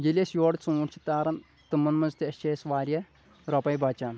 ییٚلہِ أسۍ یورٕ ژوٗنٹھۍ چھِ تاران تِمَن منٛز تہِ چھِ أسۍ واریاہ رۄپے بچان